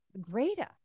greater